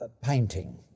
painting